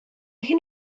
hyn